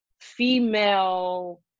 female